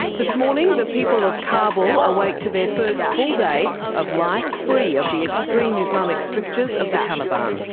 this morning the people of kabul awake to their first full day of life free of the extreme islamic strictures of the taliban.